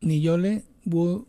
nijolė buvo